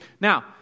Now